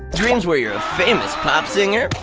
dreams where you're a famous pop singer,